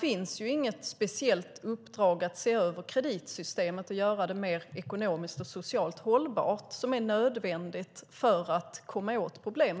finns inget speciellt uppdrag att se över kreditsystemet och göra det mer ekonomiskt och socialt hållbart. Det är nödvändigt för att komma åt problemet.